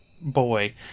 boy